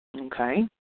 Okay